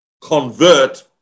convert